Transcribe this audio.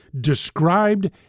described